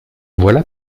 voilà